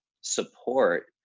support